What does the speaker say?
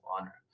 honor